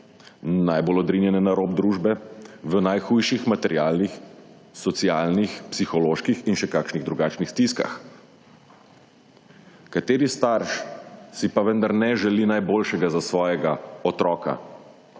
najbolj odrinjene na rob družbe, v najhujših materialnih, socialnih, psiholoških in še kakšnih drugačnih stiskah. Kateri starš si pa vendar ne želi najboljšega za svojega otroka?